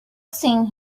seen